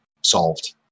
solved